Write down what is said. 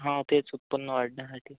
हो तेच उत्पन्न वाढण्यासाठी